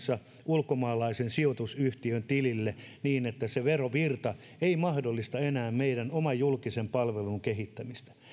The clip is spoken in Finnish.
ulkomaalaisen sijoitusyhtiön tilille niin että se verovirta ei mahdollista enää meidän oman julkisen palvelun kehittämistä